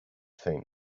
faint